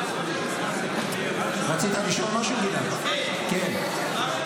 האם אתה